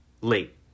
late